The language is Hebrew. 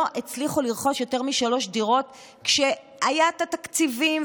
הם לא הצליחו לרכוש יותר משלוש דירות כשהיו התקציבים,